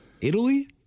Italy